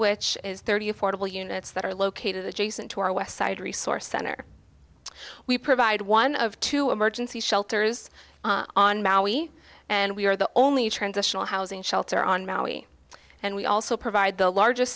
which is thirty affordable units that are located adjacent to our westside resource center we provide one of two emergency shelters on maui and we are the only transitional housing shelter on maui and we also provide the largest